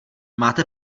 máte